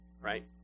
Right